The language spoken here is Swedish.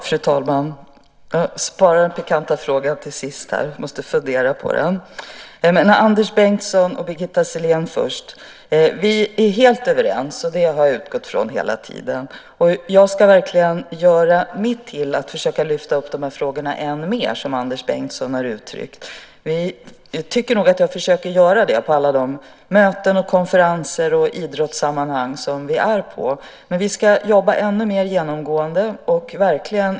Fru talman! Jag sparar den pikanta frågan till sist. Jag måste fundera på den. Låt mig vända mig till Anders Bengtsson och Birgitta Sellén först. Vi är helt överens, och det har jag utgått ifrån hela tiden. Jag ska verkligen göra mitt för att än mer försöka lyfta upp de frågor som Anders Bengtsson har uttryckt. Jag tycker nog att jag försöker att göra det på alla de möten, konferenser och i de idrottssammanhang som vi medverkar i. Men vi ska jobba ännu mer genomgående.